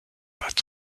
bat